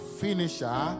finisher